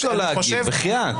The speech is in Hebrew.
להגיב.